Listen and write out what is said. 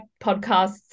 podcasts